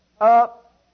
up